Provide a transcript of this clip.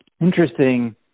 interesting